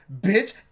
bitch